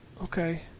Okay